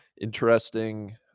interesting